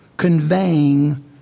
conveying